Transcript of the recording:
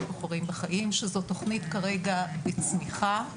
"בוחרים בחיים" שזו תוכנית כרגע בצמיחה.